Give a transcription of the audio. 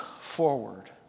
forward